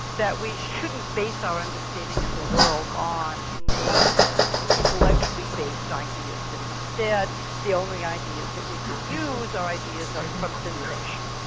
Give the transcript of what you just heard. that we shouldn't base our understanding of the world on innate intellectually-based ideas, that instead the only ideas that we could use are ideas from sensation,